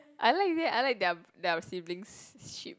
I like leh I like their their siblings-ship